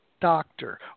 doctor